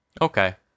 Okay